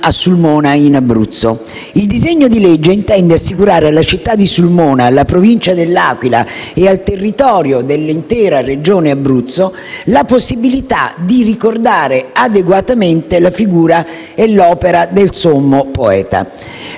Il disegno di legge intende assicurare alla città di Sulmona, alla Provincia dell'Aquila e al territorio dell'intera Regione Abruzzo la possibilità di ricordare adeguatamente la figura e l'opera del sommo poeta.